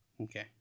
okay